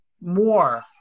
more –